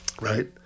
right